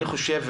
אני חושב,